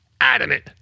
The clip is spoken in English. adamant